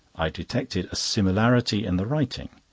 i detected a similarity in the writing,